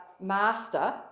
master